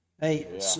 Hey